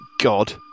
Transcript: God